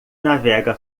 navega